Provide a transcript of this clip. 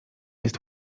jest